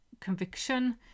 conviction